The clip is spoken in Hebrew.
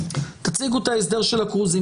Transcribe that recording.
תציגו את ההסדר של ה-קרוזים.